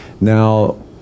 Now